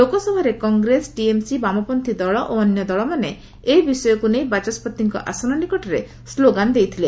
ଲୋକସଭାରେ କଂଗ୍ରେସ ଟିଏମ୍ସି ବାମପନ୍ତି ଦଳ ଓ ଅନ୍ୟ ଦଳମାନେ ଏ ବିଷୟକୁ ନେଇ ବାଚସ୍କତିଙ୍କ ଆସନ ନିକଟରେ ସ୍କୋଗାନ ଦେଇଥିଲେ